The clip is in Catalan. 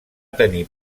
tenir